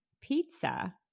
pizza